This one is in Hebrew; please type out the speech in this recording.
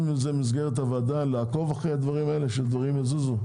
במסגרת הוועדה, לעקוב שהדברים האלה יזוזו?